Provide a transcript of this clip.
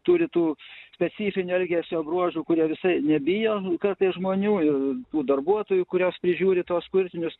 turi tų specifinių elgesio bruožų kurie visai nebijo kartais žmonių ir tų darbuotojų kurios prižiūri tuos kurtinius